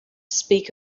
speak